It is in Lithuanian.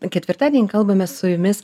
ketvirtadienį kalbame su jumis